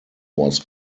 was